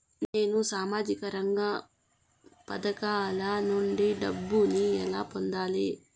నేను సామాజిక రంగ పథకాల నుండి డబ్బుని ఎలా పొందాలి?